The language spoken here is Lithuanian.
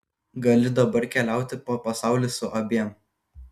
gali dabar keliauti po pasaulį su abiem